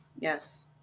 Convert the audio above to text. yes